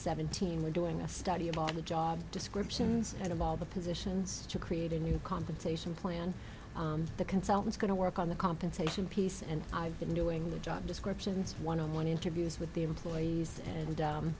seventeen we're doing a study of all the job descriptions and of all the positions to create a new compensation plan the consultants going to work on the compensation piece and i've been doing the job descriptions one on one interviews with the employees and